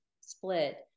split